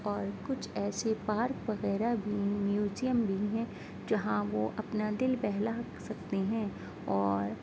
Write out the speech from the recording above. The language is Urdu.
اور کچھ ایسے پارک وغیرہ بھی میوزیم بھی ہیں جہاں وہ اپنا دل بہلا سکتے ہیں اور